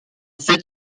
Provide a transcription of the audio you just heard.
fait